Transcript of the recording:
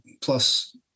plus –